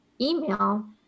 email